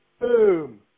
Boom